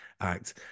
act